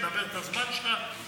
מדבר את הזמן שלך,